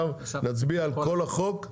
עכשיו נצביע על כל הצעת החוק.